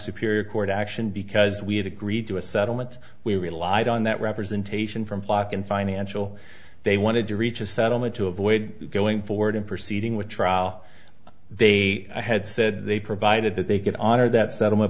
superior court action because we had agreed to a settlement we relied on that representation from flock and financial they wanted to reach a settlement to avoid going forward and proceeding with trial they had said they provided that they get honor that set